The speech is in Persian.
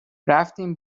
رفتیم